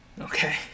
Okay